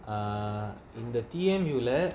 uh in the T_M_U leh